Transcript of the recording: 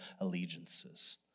allegiances